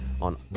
on